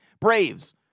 Braves